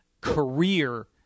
career